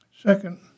Second